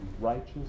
righteous